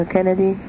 Kennedy